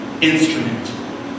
instrument